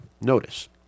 Notice